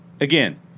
again